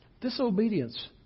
Disobedience